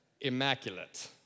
Immaculate